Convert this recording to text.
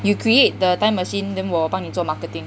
you create the time machine then 我帮你做 marketing